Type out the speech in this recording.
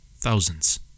Thousands